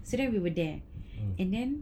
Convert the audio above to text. so then we were there and then